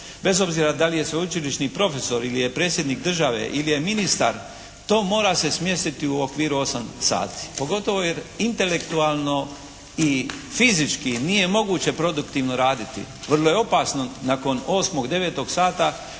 bez obzira da li je sveučilišni profesor ili je predsjednik države ili je ministar to mora se smjestiti u okviru 8 sati. Pogotovo jer intelektualno i fizički nije moguće produktivno raditi. Vrlo je opasno nakon 8., 9. sata